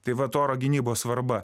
tai vat oro gynybos svarba